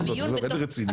בוא נהיה רציניים.